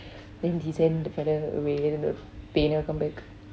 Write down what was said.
then he send the fellow away then the பேய்:pey never come back